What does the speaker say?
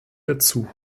dazu